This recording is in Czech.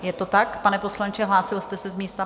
Je to tak, pane poslanče, hlásil jste se z místa?